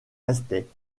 restait